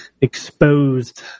exposed